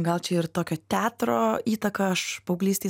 gal čia ir tokio teatro įtaka aš paauglystėj